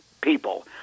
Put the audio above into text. people